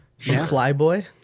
Flyboy